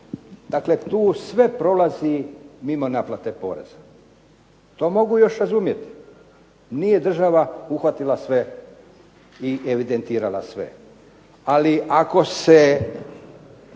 Dakle, tu sve prolazi mimo naplate poreza. To mogu još razumjeti. Nije država uhvatila sve i evidentirala sve. Ali ako se